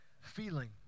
feeling